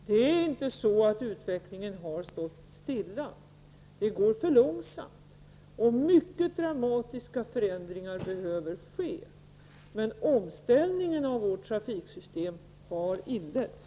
Det är inte så, att utvecklingen har stått stilla, men det går för långsamt. Mycket dramatiska förändringar behöver ske. Men omställningen av vårt trafiksystem har inletts.